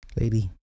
Lady